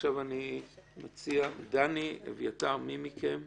עכשיו אני מציע, דני אביתר, מי מכם ידבר?